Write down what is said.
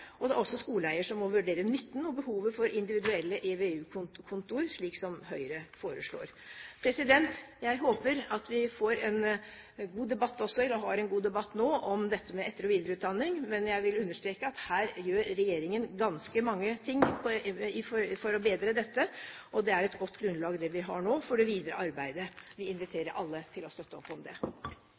og det er også skoleeier som må vurdere nytten av og behovet for individuelle EVU-kontoer, slik som Høyre foreslår. Jeg synes vi har en god debatt nå om etter- og videreutdanning. Men jeg vil understreke at regjeringen gjør ganske mange ting for å bedre dette, og det grunnlaget vi har nå, er godt for det videre arbeidet vi inviterer alle til å støtte opp om. De talere som heretter får ordet, har en taletid på inntil 3 minutter. Eg høyrer inga slamring av lukka dører i denne saka. Det